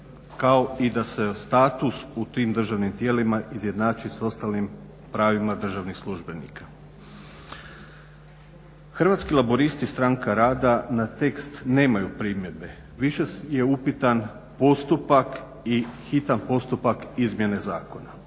kao i da se status u tim državnim tijelima izjednači s ostalim pravima državnih službenika. Hrvatski laburisti – Stranka rada na tekst nemaju primjedbe, više je upitan postupak i hitan postupak izmjene zakona.